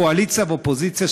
קואליציה ואופוזיציה,